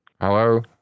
Hello